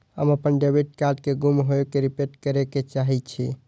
हम अपन debit card के गुम होय के रिपोर्ट करे के चाहि छी